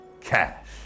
cash